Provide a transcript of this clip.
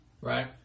Right